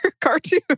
cartoon